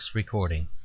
recording